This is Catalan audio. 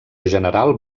general